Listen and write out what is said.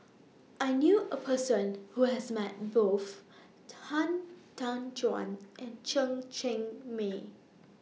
I knew A Person Who has Met Both Han Tan Juan and Chen Cheng Mei